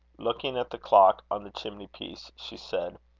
looking at the clock on the chimney-piece, she said